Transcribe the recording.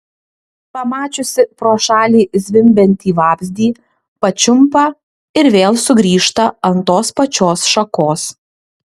pamačiusi pro šalį zvimbiantį vabzdį pačiumpa ir vėl sugrįžta ant tos pačios šakos